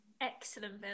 Excellent